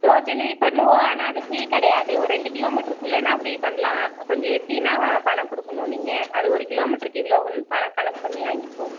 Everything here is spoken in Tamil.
டோர் டெலிவரி பண்ணுவோம் ஆனால் அது ஃப்ரீ கிடையாது ஒரு ரெண்டு கிலோ மீட்டருக்குள்ளன்னால் ஃப்ரீ பண்ணலாம் கொஞ்சம் எட்டின்னால் பணம் கொடுக்கணும் நீங்கள் அதுவும் ஒரு கிலோ மீட்டர்க்கு இவ்வளோன்னு பணம் கணக்கு பண்ணி வாங்கிப்போம்